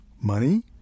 Money